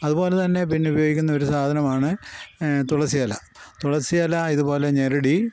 അതുപോലെ തന്നെ പിന്നെ ഉപയോഗിക്കുക ഒരു സാധനമാണ് തുളസിയില തുളസിയില ഇതുപോലെ ഞെരടി